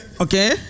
Okay